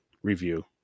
review